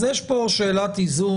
אז יש פה שאלת איזון.